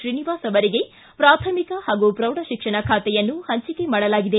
ಶ್ರೀನಿವಾಸ್ ಅವರಿಗೆ ಪ್ರಾಥಮಿಕ ಹಾಗೂ ಪ್ರೌಢ ಶಿಕ್ಷಣ ಖಾತೆಯನ್ನು ಹಂಚಿಕೆ ಮಾಡಲಾಗಿದೆ